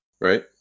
right